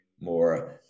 more